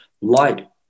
light